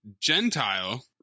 Gentile